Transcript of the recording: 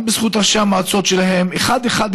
גם בזכות ראשי המועצות שלהם,